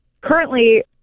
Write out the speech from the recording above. currently